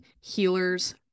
Healers